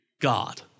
God